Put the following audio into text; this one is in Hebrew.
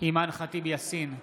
אימאן ח'טיב יאסין,